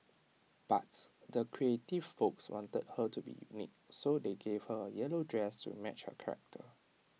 but the creative folks wanted her to be unique so they gave her A yellow dress to match her character